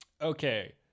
Okay